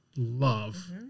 love